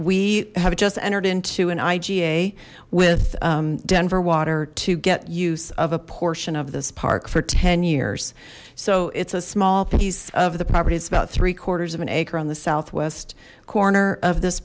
we have just entered into an iga with denver water to get use of a portion of this park for ten years so it's a small piece of the property it's about three quarters of an acre on the southwest corner of this